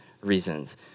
reasons